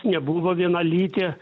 nebuvo vienalytė